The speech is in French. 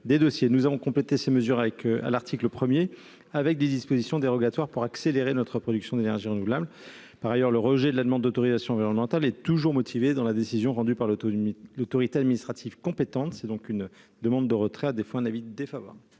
Nous avons complété ces mesures à l'article 1 par des dispositions dérogatoires pour accélérer notre production d'énergies renouvelables. Par ailleurs, le rejet de la demande d'autorisation environnementale est toujours motivé dans la décision rendue par l'autorité administrative compétente. La commission demande donc le retrait de cet amendement ; à défaut, elle